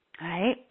Right